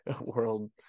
world